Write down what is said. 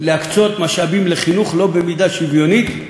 התיר להקצות משאבים לחינוך לא במידה שוויונית,